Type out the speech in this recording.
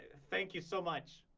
thank you so much